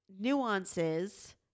nuances